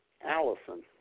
Allison